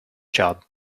job